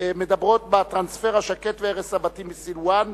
מדברת על הטרנספר השקט והרס הבתים בסילואן.